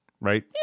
right